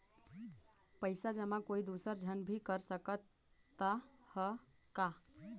पइसा जमा कोई दुसर झन भी कर सकत त ह का?